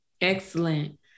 Excellent